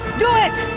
do it!